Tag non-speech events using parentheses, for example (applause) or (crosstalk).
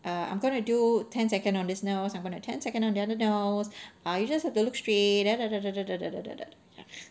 err I'm gonna do ten second on this nerves I'm gonna ten second on the other nerves err you just have to look straight (noise)